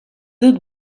dut